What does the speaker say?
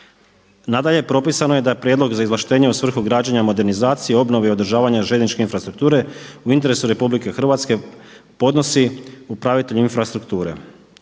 Nadalje, propisano je da je prijedlog za izvlaštenje u svrhu građenja, modernizacije, obnove i održavanja željezničke infrastrukture u interesu RH podnosi upravitelj infrastrukture.